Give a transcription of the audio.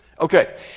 Okay